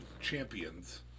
champions